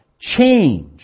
change